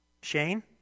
Shane